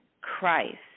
Christ